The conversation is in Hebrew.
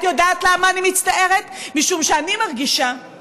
כרגיל, לא